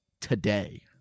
today